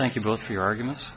thank you both for your arguments